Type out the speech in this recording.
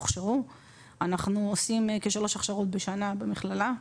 אנחנו עושים כשלוש הכשרות בשנה במכללה.